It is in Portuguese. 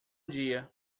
dia